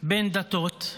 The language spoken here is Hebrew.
בין דתות,